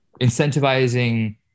Incentivizing